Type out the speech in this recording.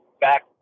back